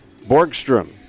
Borgstrom